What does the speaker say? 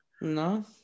No